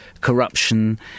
corruption